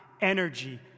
energy